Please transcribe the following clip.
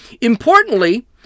Importantly